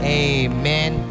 amen